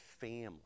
family